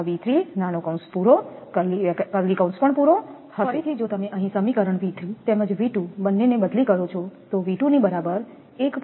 1𝐶 𝑉1 𝑉2 𝑉3 હશે ફરીથી જો તમે અહીં સમીકરણ 𝑉3 તેમજ 𝑉2 બંને ને બદલી કરો છો તો 𝑉2 ની બરાબર 1